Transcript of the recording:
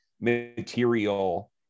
material